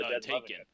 Taken